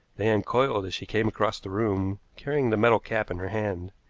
they uncoiled as she came across the room carrying the metal cap in her hand.